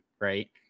right